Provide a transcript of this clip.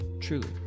truly